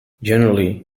generally